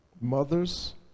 mothers